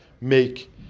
make